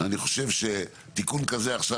אני חושב שתיקון כזה עכשיו,